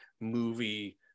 movie